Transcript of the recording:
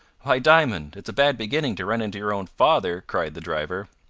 why, diamond, it's a bad beginning to run into your own father, cried the driver.